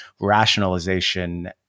rationalization